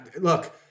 Look